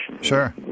sure